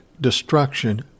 destruction